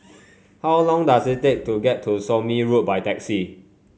how long does it take to get to Somme Road by taxi